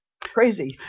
Crazy